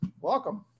Welcome